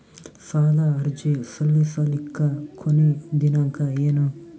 ಸಾಲ ಅರ್ಜಿ ಸಲ್ಲಿಸಲಿಕ ಕೊನಿ ದಿನಾಂಕ ಏನು?